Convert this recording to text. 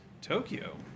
Tokyo